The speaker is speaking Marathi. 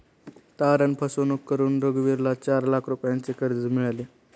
तारण फसवणूक करून रघुवीरला चार लाख रुपयांचे कर्ज मिळाले